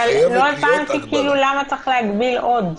לא הבנתי למה צריך להגביל עוד.